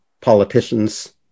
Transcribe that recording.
politicians